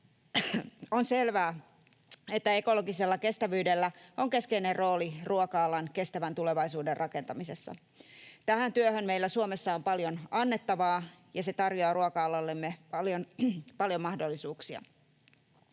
on selvää, että ekologisella kestävyydellä on keskeinen rooli ruoka-alan kestävän tulevaisuuden rakentamisessa. Tähän työhön meillä Suomessa on paljon annettavaa, ja se tarjoaa ruoka-alallemme paljon mahdollisuuksia.